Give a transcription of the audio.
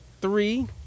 three